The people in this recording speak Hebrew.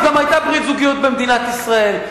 אז היתה גם ברית זוגיות במדינת ישראל.